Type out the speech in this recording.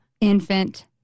infant